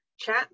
chat